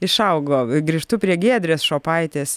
išaugo grįžtu prie giedrės šopaitės